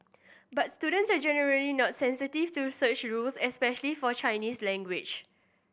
but students are generally not sensitive to such rules especially for Chinese language